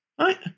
right